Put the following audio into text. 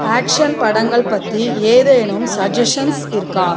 action படங்கள் பற்றி ஏதேனும் சஜஷன்ஸ் இருக்கா